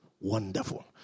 wonderful